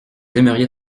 aimeriez